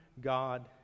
God